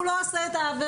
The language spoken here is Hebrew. הוא לא עושה את העבירה,